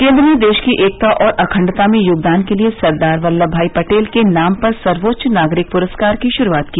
केन्द्र ने देश की एकता और अखण्डता में योगदान के लिए सरदार वल्लभ भाई पटेल के नाम पर सर्वोच्च नागरिक पुरस्कार की शुरूआत की